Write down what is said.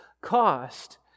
cost